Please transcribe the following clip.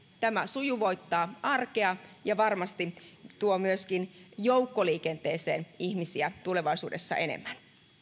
tämä sujuvoittaa arkea ja varmasti myöskin tuo joukkoliikenteeseen ihmisiä tulevaisuudessa enemmän